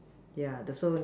yeah also now